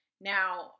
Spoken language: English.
Now